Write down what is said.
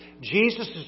Jesus